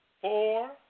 four